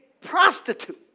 prostitute